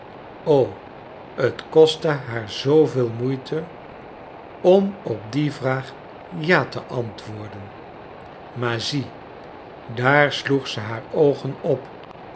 o t kostte haar zooveel moeite om op die vraag ja te antwoorden maar zie daar sloeg ze haar oogen op